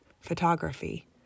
photography